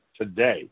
Today